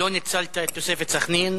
לא ניצלת את תוספת סח'נין.